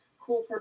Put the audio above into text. cool